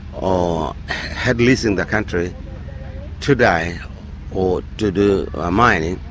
or had listing the country today or to do ah mining,